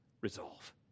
resolve